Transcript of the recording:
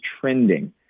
trending